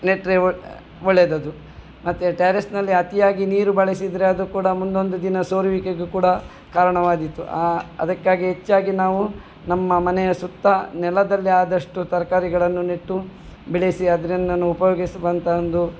ನೆಟ್ಟರೆ ಒಳ್ಳೇದದು ಮತ್ತು ಟ್ಯಾರೆಸ್ನಲ್ಲಿ ಅತಿಯಾಗಿ ನೀರು ಬಳಸಿದರೆ ಅದು ಕೂಡ ಮುಂದೊಂದು ದಿನ ಸೋರುವಿಕೆಗು ಕೂಡ ಕಾರಣವಾದೀತು ಆ ಅದಕ್ಕಾಗಿ ಹೆಚ್ಚಾಗಿ ನಾವು ನಮ್ಮ ಮನೆಯ ಸುತ್ತ ನೆಲದಲ್ಲೆ ಆದಷ್ಟು ತರಕಾರಿಗಳನ್ನು ನೆಟ್ಟು ಬೆಳೆಸಿ ಅದ್ರಿಂದಲೂ ಉಪಯೋಗಿಸುವಂಥ ಒಂದು